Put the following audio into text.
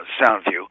Soundview